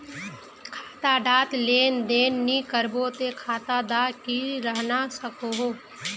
खाता डात लेन देन नि करबो ते खाता दा की रहना सकोहो?